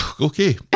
Okay